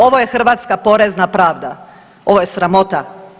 Ovo je hrvatska porezna pravda, ovo je sramota.